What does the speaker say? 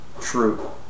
true